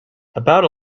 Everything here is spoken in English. about